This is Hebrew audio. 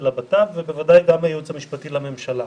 גם של הבט"פ ובוודאי גם הייעוץ המשפטי לממשלה.